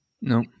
No